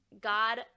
God